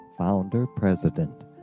founder-president